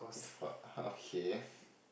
fuck [huh] K